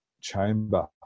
Chamber